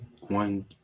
one